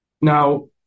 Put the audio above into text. Now